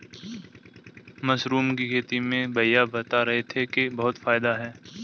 mushroom की खेती में भैया बता रहे थे कि बहुत फायदा है